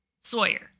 Sawyer